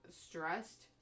stressed